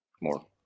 more